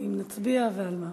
אם נצביע ועל מה.